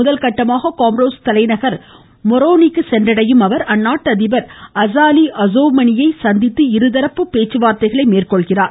முதற்கட்டமாக காமரோஸ் தலைநகர் மொரோனிக்கு சென்றடையும் அவர் அந்நாட்டு அதிபர் அஸ்ஸாலி அஸோவ்மணியை சந்தித்து இருதரப்பு பேச்சுவார்த்தைகளை மேற்கொள்கிறார்